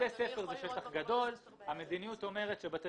הכוונה שהם יוכלו להבחין ולהגיד: בתי